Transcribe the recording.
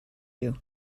you